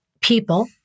people